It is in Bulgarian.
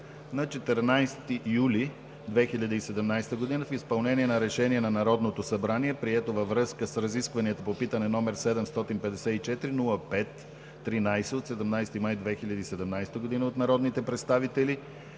На 14 юли 2017 г. в изпълнение на Решение на Народното събрание, прието във връзка с разискванията по питане № 754-05-13 от 17 май 2017 г. от народните представители